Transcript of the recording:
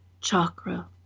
chakra